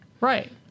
Right